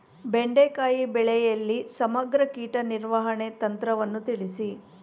ಬೆಂಡೆಕಾಯಿ ಬೆಳೆಯಲ್ಲಿ ಸಮಗ್ರ ಕೀಟ ನಿರ್ವಹಣೆ ತಂತ್ರವನ್ನು ತಿಳಿಸಿ?